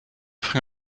bringe